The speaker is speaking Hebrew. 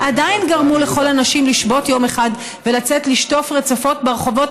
עדיין גרמו לכל הנשים לשבות יום אחד ולצאת לשטוף רצפות ברחובות